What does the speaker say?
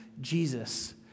Jesus